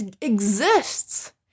exists